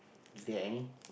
is there any